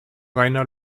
reiner